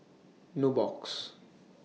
Nubox